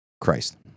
Christ